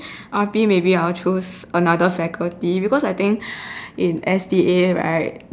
R_P maybe I'll choose another faculty because I think in S_D_A right